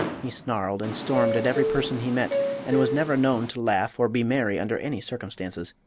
he snarled and stormed at every person he met and was never known to laugh or be merry under any circumstances.